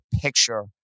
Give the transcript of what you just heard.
picture